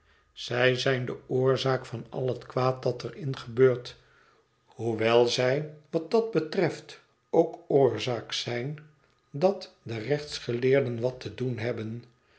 zij zijn de oorzaak van al het kwaad dat er in gebeurt hoewel zij wat dat betreft ook oorzaak zijn dat de rechtsgeleerden wat te doen hebben